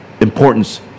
importance